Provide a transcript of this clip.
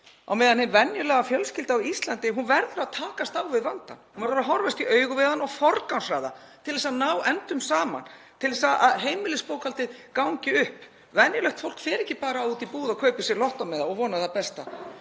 á meðan hin venjulega fjölskylda á Íslandi verður að takast á við vandann, horfast í augu við hann og forgangsraða til að ná endum saman svo að heimilisbókhaldið gangi upp. Venjulegt fólk fer ekki bara út í búð og kaupir sér lottómiða og vonar það besta